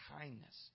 kindness